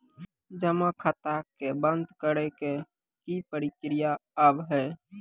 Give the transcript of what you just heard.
जमा खाता के बंद करे के की प्रक्रिया हाव हाय?